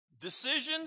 Decisions